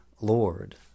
Lord